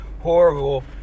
horrible